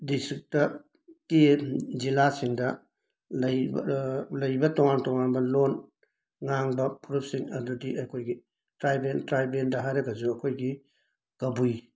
district ꯀꯤ ꯖꯤꯂꯥꯁꯤꯡꯗ ꯂꯩꯔꯤꯕ ꯂꯩꯔꯤꯕ ꯇꯣꯉꯥꯟ ꯇꯣꯉꯥꯟꯕ ꯂꯣꯟ ꯉꯥꯡꯕ ꯐꯨꯔꯨꯞꯁꯤꯡ ꯑꯗꯨꯗꯤ ꯑꯩꯈꯣꯏꯒꯤ ꯇ꯭ꯔꯥꯏꯕꯦꯟ ꯇ꯭ꯔꯥꯏꯕꯦꯟꯗ ꯍꯥꯏꯔꯒꯁꯨ ꯑꯩꯈꯣꯏꯒꯤ ꯀꯕꯨꯏ